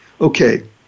Okay